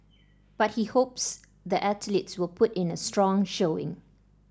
but he hopes the athletes will put in a strong showing